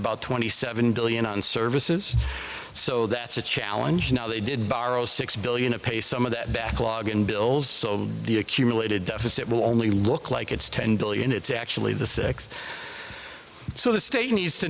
about twenty seven billion on services so that's a challenge now they did borrow six billion of pay some of that backlog and bills the accumulated deficit will only look like it's ten billion it's actually the six so the state needs to